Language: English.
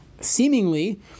seemingly